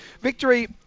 Victory